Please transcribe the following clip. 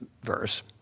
verse